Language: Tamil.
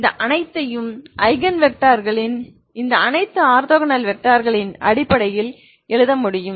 இந்த அனைத்தையும் ஐகன் வெக்டார்களின் இந்த அனைத்து ஆர்த்தோகனல் வெக்டார்களின் அடிப்படையில் எழுத முடியும்